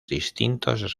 distintos